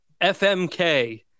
FMK